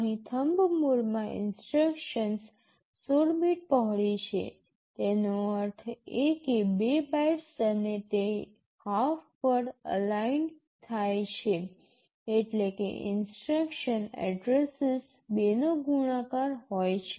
અહીં થમ્બ મોડમાં instructions ૧૬ bit પહોળી છે તેનો અર્થ એ કે ૨ બાઇટ્સ અને તે હાફ વર્ડ અલાઇન્ડ થાય છે એટલે કે ઇન્સટ્રક્શન એડ્રેસીસ ૨ નો ગુણાકાર હોય છે